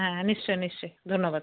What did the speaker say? হ্যাঁ নিশ্চয়ই নিশ্চয়ই ধন্যবাদ